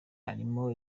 harimo